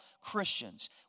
Christians